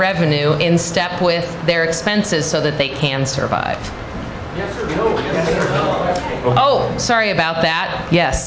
revenue in step with their expenses so that they can survive oh sorry about that ye